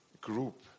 group